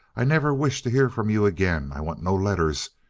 i never wish to hear from you again. i want no letters,